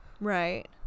right